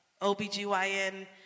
OBGYN